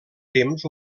temps